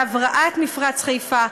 להבראת מפרץ חיפה.